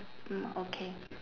mm okay